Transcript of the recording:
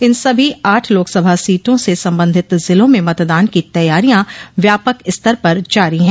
इन सभी आठ लोकसभा सीटों से संबंधित जिलों में मतदान की तैयारियां व्यापक स्तर पर जारी है